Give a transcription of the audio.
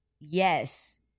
yes